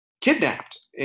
kidnapped